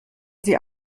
sie